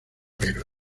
pero